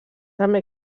també